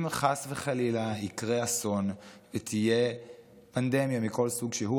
אם חס וחלילה יקרה אסון ותהיה פנדמיה מכל סוג שהוא,